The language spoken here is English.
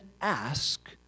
ask